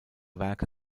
werke